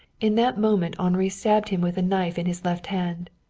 in that moment henri stabbed him with a knife in his left hand.